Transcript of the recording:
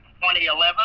2011